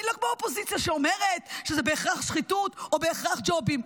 אני לא כמו האופוזיציה שאומרת שזה בהכרח שחיתות או בהכרח ג'ובים.